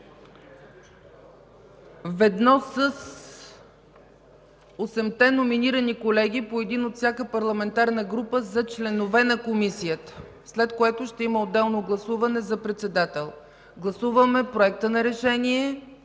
ведно с осемте номинирани колеги, по един от всяка парламентарна група, за членове на Комисията, след което ще има отделно гласуване за председател. Гласуваме Проект на решение